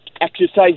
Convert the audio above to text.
Exercise